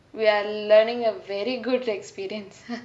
we are learning a very good experience